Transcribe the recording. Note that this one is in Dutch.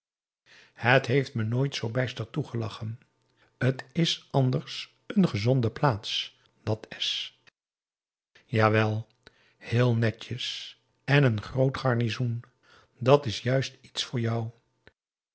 het heeft me nooit zoo bijster toegelachen t is anders een gezonde plaats dat s jawel heel netjes en een groot garnizoen dat is juist iets voor jou